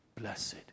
Blessed